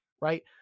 Right